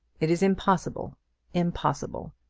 it is impossible impossible!